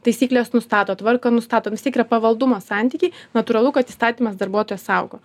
taisykles nustato tvarką nustato nu vis tiek yra pavaldumo santykiai natūralu kad įstatymas darbuotoją saugo